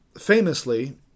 Famously